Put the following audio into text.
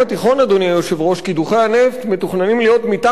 קידוחי הנפט מתוכננים להיות מתחת לשכבת הגז,